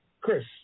Chris